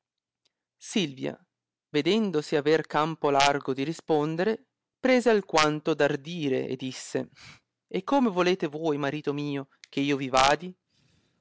silvia vedendosi aver campo largo di rispondere prese alquanto d'ardire e disse e come volete voi marito mio che io vi vadi